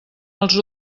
els